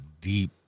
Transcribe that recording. deep